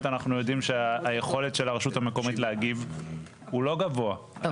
אנחנו יודעים שהיכולת של הרשות המקומית להגיב הוא לא גבוה,